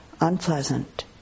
unpleasant